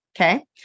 Okay